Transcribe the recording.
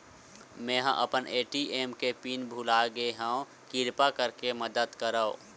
मेंहा अपन ए.टी.एम के पिन भुला गए हव, किरपा करके मदद करव